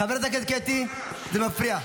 חברת הכנסת קטי, זה מפריע.